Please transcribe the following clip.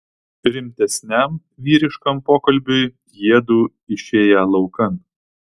rimtesniam vyriškam pokalbiui jiedu išėję laukan